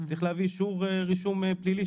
צריך להביא אישור רישום פלילי,